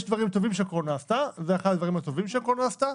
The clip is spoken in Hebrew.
יש דברים טובים שהקורונה עשתה וזה אחד הדברים הטובים שהקורונה עשתה.